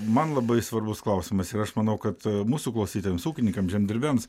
man labai svarbus klausimas ir aš manau kad mūsų klausytojams ūkininkams žemdirbiams